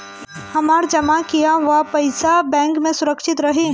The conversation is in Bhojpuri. हमार जमा किया हुआ पईसा बैंक में सुरक्षित रहीं?